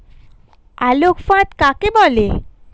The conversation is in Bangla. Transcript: আলোক ফাঁদ কাকে বলে?